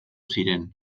ziren